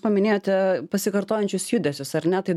paminėjote pasikartojančius judesius ar ne tai